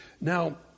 Now